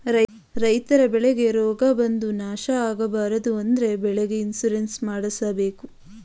ರೈತರ ಬೆಳೆಗೆ ರೋಗ ಬಂದು ನಷ್ಟ ಆಗಬಾರದು ಅಂದ್ರೆ ಬೆಳೆಗೆ ಇನ್ಸೂರೆನ್ಸ್ ಮಾಡ್ದಸ್ಸಬೇಕು